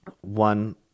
one